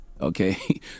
Okay